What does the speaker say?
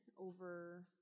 over